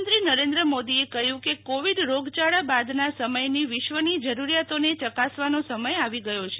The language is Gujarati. પ્રધાનમંત્રી નરેન્દ્ર મોદીએ કહ્યું કે કોવિડ રોગચાળા બાદના સમયની વિશ્વની જરૂરીયાતોને ચકાસવાનો સમય આવી ગયો છે